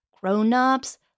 grown-ups